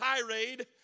tirade